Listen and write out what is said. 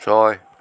ছয়